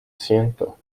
ciento